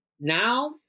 Now